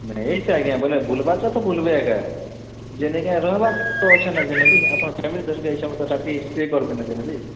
ନାଇଁ ସେ ଆଜ୍ଞା ବୋଲେ ବୁଲ୍ବାଟା ତ ବୁଲ୍ବେ ଏକା ଯେ ନିକେ ରହିବା ତ ଅଛେ ଯେନେ ବି ଆପଣ ଫ୍ୟାମିଲି ଧରିକି ଆଇଛ ମତଲବ୍ ରାତି ଷ୍ଟେ କରିବେ ନା ଯେନେ ବି